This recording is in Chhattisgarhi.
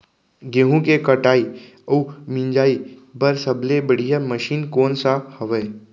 गेहूँ के कटाई अऊ मिंजाई बर सबले बढ़िया मशीन कोन सा हवये?